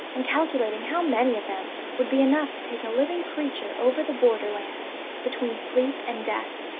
and calculating how many of them would be enough to take a living creature over the border-land between sleep and death.